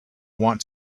want